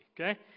okay